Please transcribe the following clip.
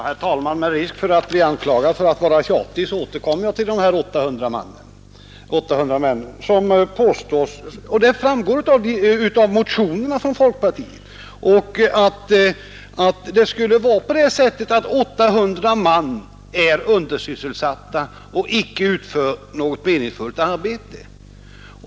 Herr talman! Med risk för att bli anklagad för att vara tjatig återkommer jag till de 800 man som nämnts. Det framgår av folkpartiets motioner att 800 man skulle vara undersysselsatta och att de icke skulle utföra något meningsfyllt arbete.